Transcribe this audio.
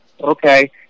Okay